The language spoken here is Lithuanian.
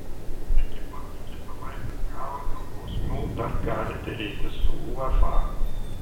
ekipa iki savaitės galo dėl bausmių dar gali derėtis su uefa